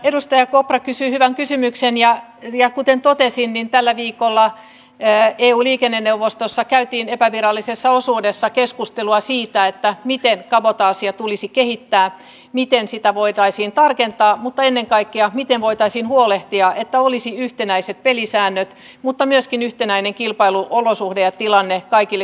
edustaja kopra kysyi hyvän kysymyksen ja kuten totesin niin tällä viikolla eun liikenneneuvostossa käytiin epävirallisessa osuudessa keskustelua siitä miten kabotaasia tulisi kehittää miten sitä voitaisiin tarkentaa mutta ennen kaikkea miten voitaisiin huolehtia että olisi yhtenäiset pelisäännöt mutta myöskin yhtenäinen kilpailuolosuhde ja tilanne kaikille kuljetusyrittäjille